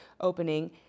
opening